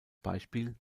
beispiel